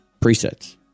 presets